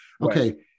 Okay